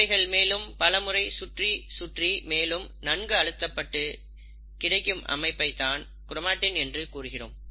இவைகள் மேலும் பல முறை சுற்றி சுற்றி மேலும் நன்கு அழுத்தப்பட்டு கிடைக்கும் அமைப்பை தான் க்ரோமாட்டின் என்று கூறுகிறோம்